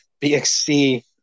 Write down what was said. BXC